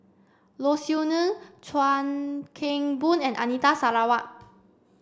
Low Siew Nghee Chuan Keng Boon and Anita Sarawak